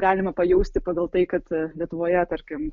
galima pajusti pagal tai kad lietuvoje tarkim